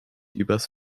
übers